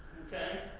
okay?